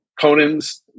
Conan's